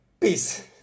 peace